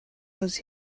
was